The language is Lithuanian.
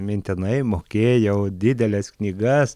mintinai mokėjau dideles knygas